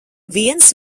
viens